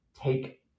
take